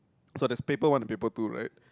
so there's paper one and paper two right